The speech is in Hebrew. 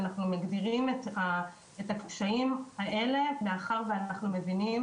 אנחנו מגדירים את הקשיים האלה מאחר ואנחנו מבינים